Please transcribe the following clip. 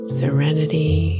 serenity